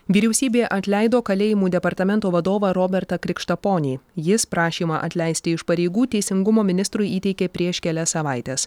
vyriausybė atleido kalėjimų departamento vadovą robertą krikštaponį jis prašymą atleisti iš pareigų teisingumo ministrui įteikė prieš kelias savaites